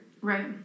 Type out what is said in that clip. right